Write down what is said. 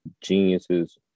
geniuses